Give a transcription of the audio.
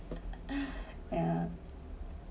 yeah